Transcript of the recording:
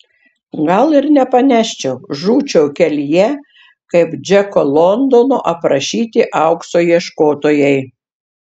gal ir nepaneščiau žūčiau kelyje kaip džeko londono aprašyti aukso ieškotojai